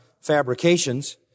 fabrications